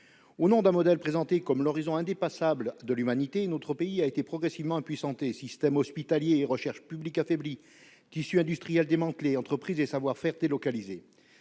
Au nom d'un modèle présenté comme « l'horizon indépassable de l'humanité », notre pays a été progressivement réduit à l'impuissance : système hospitalier et recherche publique affaiblis, tissu industriel démantelé, entreprises et savoir-faire délocalisés